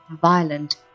violent